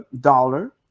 dollar